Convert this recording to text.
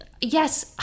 yes